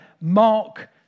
Mark